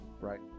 Right